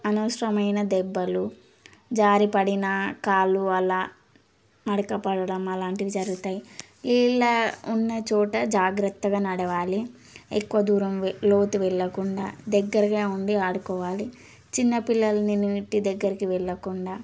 అనవసరమైన దెబ్బలు జారిపడిన కాలు అలా మడతపడడం అలాంటివి జరుగుతాయి నీళ్ళు ఉన్నచోట జాగ్రత్తగా నడవాలి ఎక్కువ దూరం లోతు వెళ్ళకుండా దగ్గరగా ఉండి ఆడుకోవాలి చిన్నపిలల్ని నీటి దగ్గరికి వెళ్ళకుండా